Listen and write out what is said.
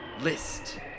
list